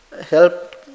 help